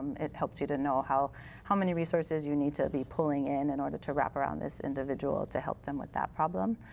helps you to know how how many resources you need to be pulling in in order to wrap around this individual to help them with that problem.